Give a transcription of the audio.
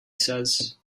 says